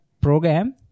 program